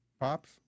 Pops